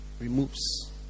removes